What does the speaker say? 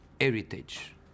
heritage